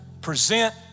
present